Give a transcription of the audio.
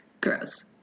Gross